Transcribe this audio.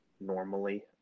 normally